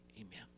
Amen